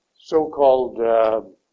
so-called